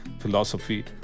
philosophy